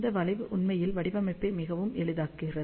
இந்த வளைவு உண்மையில் வடிவமைப்பை மிகவும் எளிதாக்குகிறது